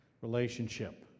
relationship